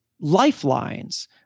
lifelines